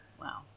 Wow